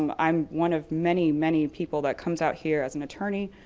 um i am one of many, many people that comes out here as an attorney,